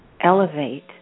elevate